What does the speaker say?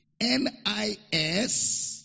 N-I-S